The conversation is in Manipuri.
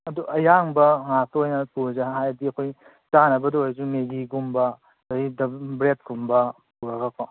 ꯑꯗꯨ ꯑꯌꯥꯡꯕ ꯉꯥꯛꯇ ꯑꯣꯏꯅ ꯄꯨꯔꯁꯤ ꯍꯥꯏꯗꯤ ꯑꯩꯈꯣꯏ ꯆꯥꯅꯕꯗ ꯑꯣꯏꯔꯁꯨ ꯃꯦꯒꯤꯒꯨꯝꯕ ꯑꯗꯩ ꯕ꯭ꯔꯦꯠꯀꯨꯝꯕ ꯄꯨꯔꯒꯀꯣ